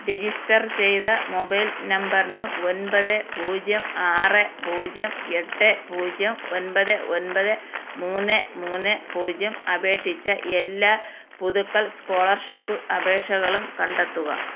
register ചെയ്ത mobile നമ്പറിന് ഒൻപത് പൂജ്യം ആറ് പൂജ്യം എട്ട് പൂജ്യം ഒൻപത് ഒൻപത് മൂന്ന് മൂന്ന് പൂജ്യം അപേക്ഷിച്ച എല്ലാ പുതുക്കൽ സ്കോളർഷിപ്പ് അപേക്ഷകളും കണ്ടെത്തുക